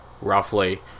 roughly